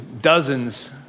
dozens